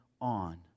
on